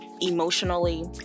emotionally